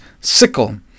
sickle